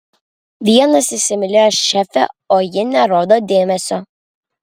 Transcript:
vienas įsimylėjo šefę o ji nerodo dėmesio